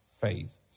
faith